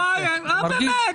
באמת.